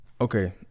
okay